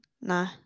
no